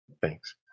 Thanks